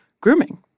grooming